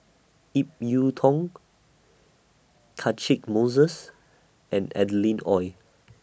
Ip Yiu Tung Catchick Moses and Adeline Ooi